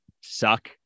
suck